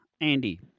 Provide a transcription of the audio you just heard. Andy